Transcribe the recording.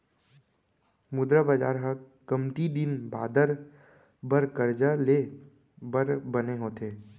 मुद्रा बजार ह कमती दिन बादर बर करजा ले बर बने होथे